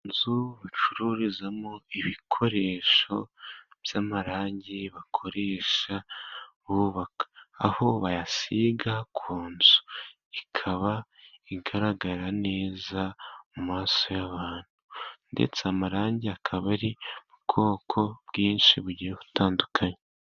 Inzu bacururizamo ibikoresho by'amarangi bakoresha bubaka, aho bayasiga ku nzu ikaba igaragara neza mu maso y'abantu, ndetse amarangi akaba ari ubwoko bwinshi bugiye butandukanye.